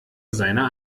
seiner